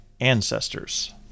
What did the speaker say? ancestors